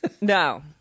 No